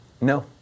No